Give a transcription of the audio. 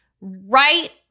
right